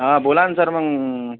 हो बोला ना सर मग